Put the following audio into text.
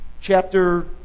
chapter